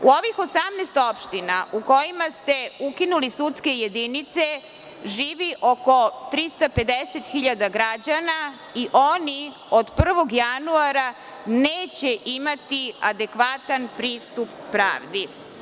U ovih 18 opština u kojima ste ukinuli sudske jedinice živi oko 350.000 građana i oni od 1. januara neće imati adekvatan pristup pravdi.